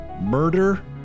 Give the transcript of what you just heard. Murder